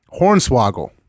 Hornswoggle